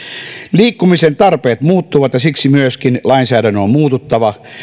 liikkumisen tarpeet muuttuvat ja siksi myöskin lainsäädännön on muututtava